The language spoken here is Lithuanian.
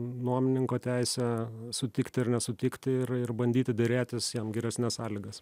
nuomininko teisė sutikti ar nesutikti ir ir bandyti derėtis jam geresnes sąlygas